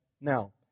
Now